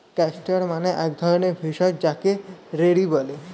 castor মানে এক ধরণের ভেষজ যাকে রেড়ি বলে